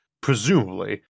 Presumably